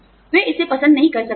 वे इसे पसंद नहीं कर सकते हैं